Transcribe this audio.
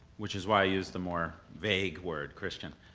which is why i use the more vague word, christian,